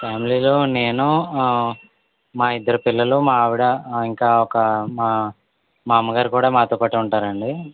ప్యామిలీలో నేను ఆ మా ఇద్దరి పిల్లలు మా ఆవిడ ఇంకా ఒక మా మా అమ్మగారు కూడా మాతోపాటే ఉంటారండీ